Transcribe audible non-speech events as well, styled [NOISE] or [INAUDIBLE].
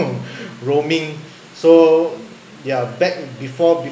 [LAUGHS] roaming so yeah back before